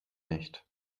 nicht